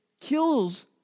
kills